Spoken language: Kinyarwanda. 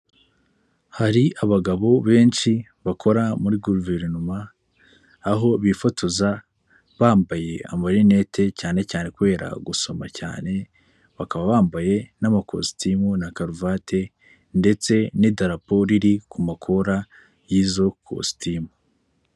Hari abagabo benshi bakora muri guverinoma, aho bifotoza bambaye amarinete cyane cyane kubera gusoma cyane, bakaba bambaye n'amakositimu na karuvati ndetse n'idarapo riri ku makora y'izo kositimu.